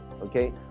okay